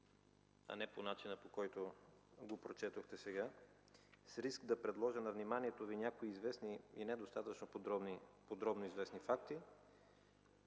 а не по начина, по който го прочетохте сега. С риск да предложа на вниманието Ви някои известни и недостатъчно подробно известни факти,